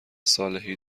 صالحی